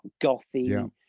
gothy